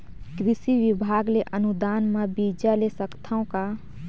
कृषि विभाग ले अनुदान म बीजा ले सकथव का?